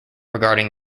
regarding